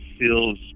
feels